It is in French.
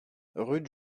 rue